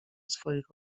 swoich